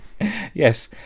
Yes